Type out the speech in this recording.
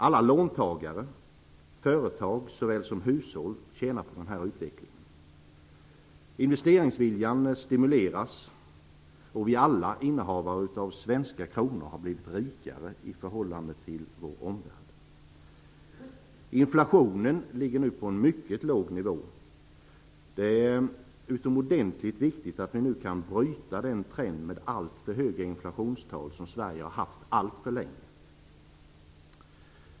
Alla låntagare, företag såväl som hushåll, tjänar på den här utvecklingen. Investeringsviljan stimuleras, och vi alla innehavare av svenska kronor har blivit rikare i förhållande till vår omvärld. Inflationen ligger nu på en mycket låg nivå. Det är utomordentligt viktigt att vi kan bryta den trend med alltför höga inflationstal som Sverige har haft alltför länge.